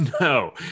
No